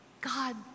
God